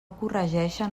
corregeixen